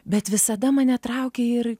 bet visada mane traukė ir